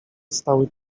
stały